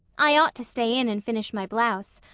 i ought to stay in and finish my blouse.